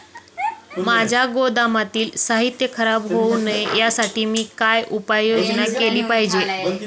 माझ्या गोदामातील साहित्य खराब होऊ नये यासाठी मी काय उपाय योजना केली पाहिजे?